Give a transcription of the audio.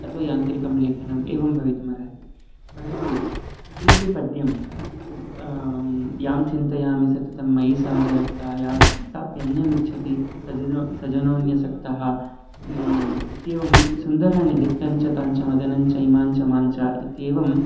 अत्वा यान्त्रिकं लेखनं एवं बवितुम् अर्हति परन्तु किमपि पद्यं यां चिन्तयामि सततं मयि सा विरक्ता या साप्यन्यमिच्छति सजनो सजनोऽन्यसक्तः इत्येवं सुन्दराणि धिक्ताञ्चतञ्चमदनञ्च इमाञ्चमाञ्च इत्येवं